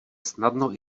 snadno